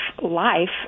life